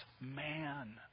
man